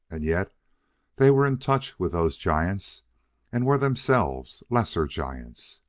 and yet they were in touch with those giants and were themselves lesser giants.